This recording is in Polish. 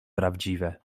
prawdziwe